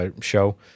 show